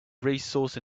resource